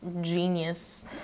genius